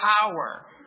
power